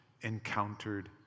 encountered